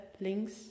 links